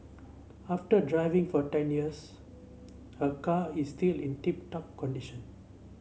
after driving for ten years her car is still in tip top condition